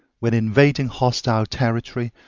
when invading hostile territory,